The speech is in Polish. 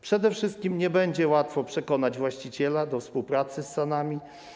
Przede wszystkim nie będzie łatwo przekonać właściciela do współpracy z SAN-ami.